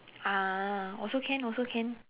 ah also can also can